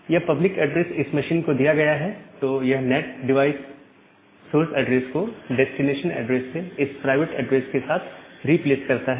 यह public address इस मशीन को दिया गया है तो यह नैट डिवाइस सोर्स एड्रेस को डेस्टिनेशन एड्रेस से इस प्राइवेट एड्रेस के साथ रिप्लेस करता है